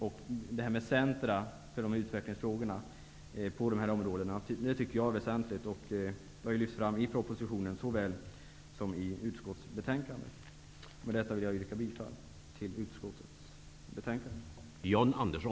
Med det anförda vill jag yrka bifall till utskottets hemställan i betänkandet.